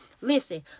Listen